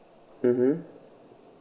mmhmm